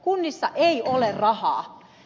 kunnissa ei ole rahaa